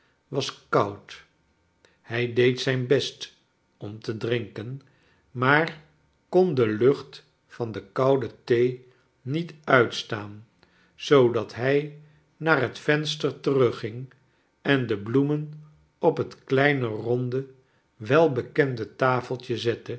was koud hij deed zijn best oni te drinken maar kon de lucht van de koude thee niet uitstaan zoodat hij naar het venster terugging en de bloemen op het kleine ronde welbekende tafeltje zctte